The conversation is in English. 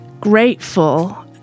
grateful